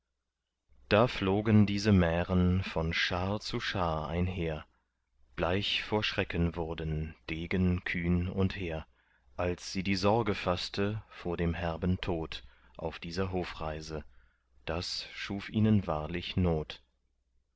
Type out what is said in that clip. da flogen diese mären von schar zu schar einher bleich vor schrecken wurden degen kühn und hehr als sie die sorge faßte vor dem herben tod auf dieser hofreise das schuf ihnen wahrlich not